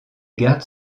gardes